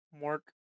Mark